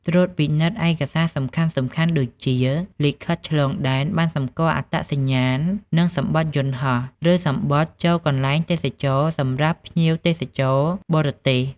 ត្រួតពិនិត្យឯកសារសំខាន់ៗ ដូចជា លិខិតឆ្លងដែន ប័ណ្ណសម្គាល់អត្តសញ្ញាណ និងសំបុត្រយន្តហោះ ឬសំបុត្រចូលកន្លែងទេសចរណ៍សម្រាប់ភ្ញៀវទេសចរណ៍ បរទេស។